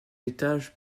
étages